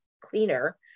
cleaner